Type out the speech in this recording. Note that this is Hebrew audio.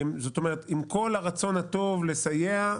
עם כל הרצון הטוב לסייע,